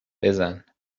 بزن